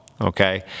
okay